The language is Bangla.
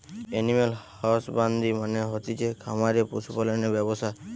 এনিম্যাল হসবান্দ্রি মানে হতিছে খামারে পশু পালনের ব্যবসা